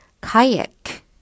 Kayak